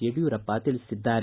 ಯಡಿಯೂರಪ್ಪ ತಿಳಿಸಿದ್ದಾರೆ